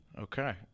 Okay